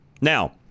Now